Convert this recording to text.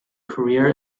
career